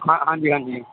ਹਾਂਜੀ ਹਾਂਜੀ